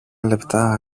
λεπτά